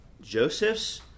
Joseph's